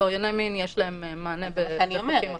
עברייני מין יש להם מענה בחוקים אחרים.